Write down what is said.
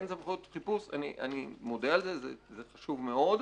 אין סמכויות חיפוש, אני מודה על זה, זה חשוב מאוד.